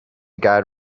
guard